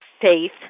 Faith